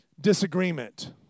disagreement